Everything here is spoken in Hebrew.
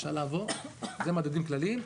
אלו מדדים כלליים.